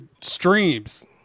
streams